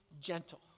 gentle